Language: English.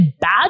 bad